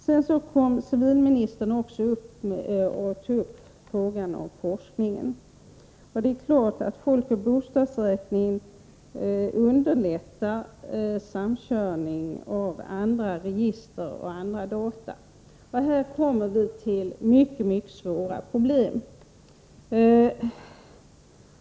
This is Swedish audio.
Sedan tog civilministern upp frågan om forskningen. Det är klart att folkoch bostadsräkningen underlättar samkörning av andra register och andra data. Här kommer vi in på mycket svåra problem.